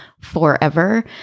forever